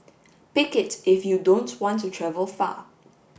pick it if you don't want to travel far